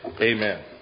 Amen